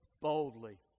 boldly